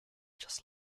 just